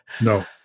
No